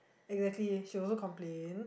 exactly she also complain